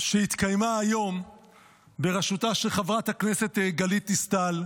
שהתקיימה היום בראשותה של חברת הכנסת גלית דיסטל.